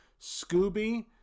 Scooby